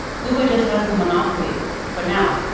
google just has the monopoly for now.